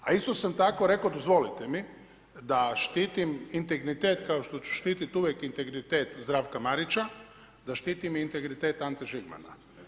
A isto sam tako rekao, dozvolite mi, da štitim integritet, kao što ću štiti uvijek integritet Zdravka Marića, da štitim i integritet, Ante Žigmana.